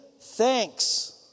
thanks